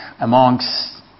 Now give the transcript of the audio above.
amongst